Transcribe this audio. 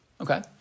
Okay